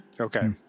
Okay